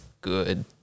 good